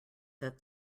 that